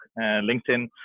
linkedin